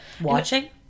Watching